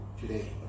today